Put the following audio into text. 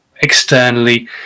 externally